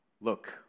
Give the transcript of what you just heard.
look